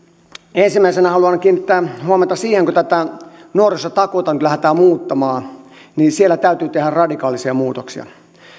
ensimmäisenä haluan kiinnittää huomiota siihen että kun tätä nuorisotakuuta nyt lähdetään muuttamaan niin siellä täytyy tehdä radikaalisia muutoksia